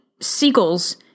seagulls